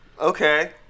Okay